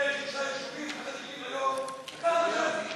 שניים-שלושה יישובים חדשים היום,